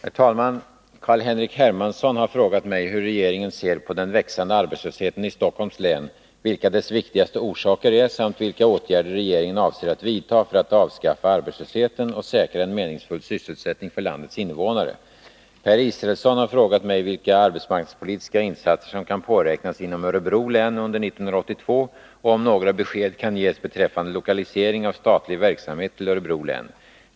Herr talman! Carl-Henrik Hermansson har frågat mig hur regeringen ser på den växande arbetslösheten i Stockholms län, vilka dess viktigaste orsaker är samt vilka åtgärder regeringen avser att vidta för att avskaffa arbetslösheten och säkra en meningsfull sysselsättning för landets invånare. Per Israelsson har frågat mig vilka arbetsmarknadspolitiska insatser som kan påräknas inom Örebro län under 1982 och om några besked kan ges beträffande lokalisering av statlig verksamhet till Örebro län.